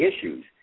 issues